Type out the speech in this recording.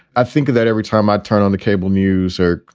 i think that every time i turn on the cable news or,